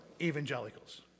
Evangelicals